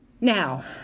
Now